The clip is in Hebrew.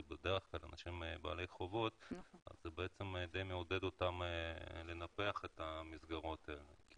אלה בדרך כלל אנשים בעלי חובות וזה די מעודד אותם לנפח את המסגרות האלה.